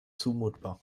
zumutbar